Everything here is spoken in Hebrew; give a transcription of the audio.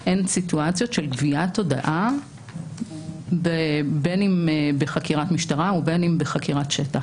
הן סיטואציות של גביית הודעה בין אם בחקירת משטרה ובין אם בחקירת שטח.